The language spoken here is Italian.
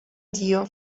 dio